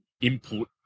input